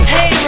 Hey